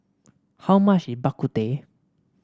how much is Bak Kut Teh